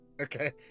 okay